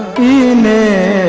in may